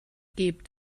gibt